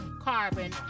carbon